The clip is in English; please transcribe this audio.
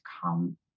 come